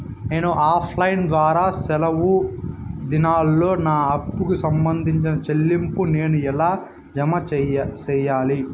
నేను offline ద్వారా సెలవు దినాల్లో నా అప్పుకి సంబంధించిన చెల్లింపులు నేను ఎలా జామ సెయ్యాలి?